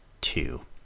two